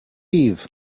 eve